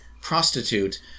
prostitute